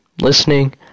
listening